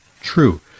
true